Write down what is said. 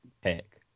pick